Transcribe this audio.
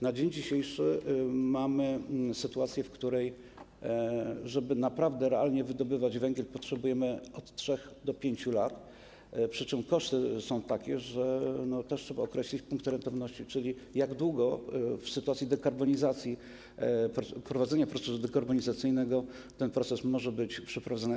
Na dzień dzisiejszy mamy sytuację, w której żeby naprawdę realnie wydobywać węgiel, potrzebujemy od 3 do 5 lat, przy czym koszty są takie, że też trzeba określić punkty rentowności, czyli jak długo w sytuacji dekarbonizacji, wprowadzenia procesu dekarbonizacyjnego ten proces może być przeprowadzony.